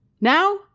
Now